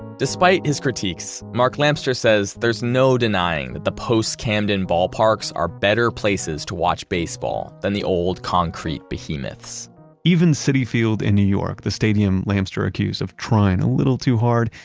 despite his critiques, mark lamster says, there's no denying that the post-camden ballparks are better places to watch baseball than the old concrete behemoths even citi field in new york, the stadium lamster accused of trying a little too hard,